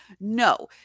No